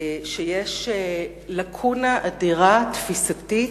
יש לקונה אדירה, תפיסתית,